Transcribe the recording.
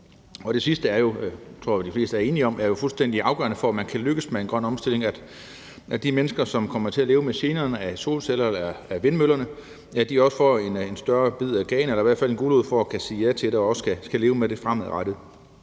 Jeg tror, at de fleste er enige om, at det sidste er fuldstændig afgørende for, at man kan lykkes med en grøn omstilling – altså at de mennesker, som kommer til at leve med generne af solcellerne og vindmøllerne, får en større bid af kagen eller i hvert fald en gulerod for at kunne sige ja til det og også leve med det fremadrettet.